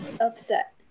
upset